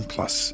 Plus